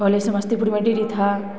पहले समस्तीपुर में डेयरी था